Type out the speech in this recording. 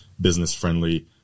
business-friendly